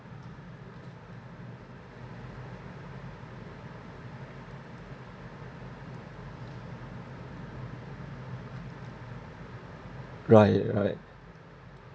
right right